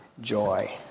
joy